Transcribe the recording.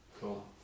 Cool